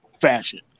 fashion